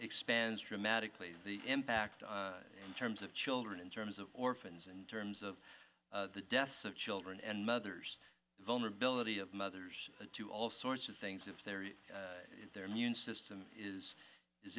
expands dramatically the impact in terms of children in terms of orphans in terms of the deaths of children and mothers the vulnerability of mothers all sorts of things if there is their immune system is is